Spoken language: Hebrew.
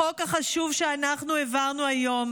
החוק החשוב שאנחנו העברנו היום,